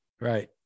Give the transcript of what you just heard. Right